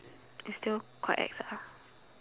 it's still quite ex ah